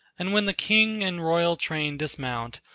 and when the king and royal train dismount,